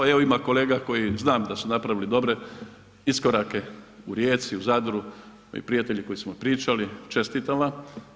Evo ima kolega koji znam da su napravili dobre iskorake u Rijeci, Zadru, moji prijatelji koji smo pričali, čestitam vam.